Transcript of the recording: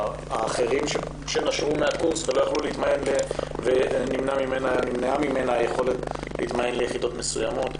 האחרים שנשרו מן הקורס ונמנעה ממנה היכולת להתמיין ליחידות מסוימות.